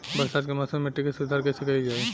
बरसात के मौसम में मिट्टी के सुधार कईसे कईल जाई?